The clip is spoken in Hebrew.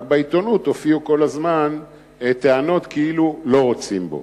ורק בעיתונות הופיעו כל הזמן טענות כאילו לא רוצים בו.